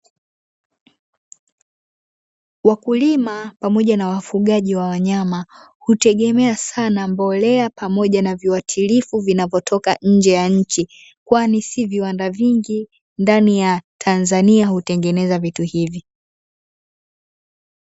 Wakulima pamoja na wafugaji wa wanyama hutegemea sana mbolea pamoja na viwatilifu vinavyotoka nje ya nchi, kwani si viwanda vingi ndani ya Tanzania hutengeneza vitu hivi.